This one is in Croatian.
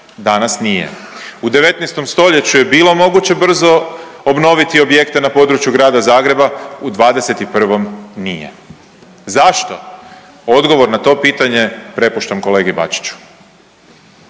danas nije. U 19. stoljeću je bilo moguće brzo obnoviti objekte na području Grada Zagreba, u 21. nije. Zašto? Odgovor na to pitanje prepuštam kolegi Bačiću.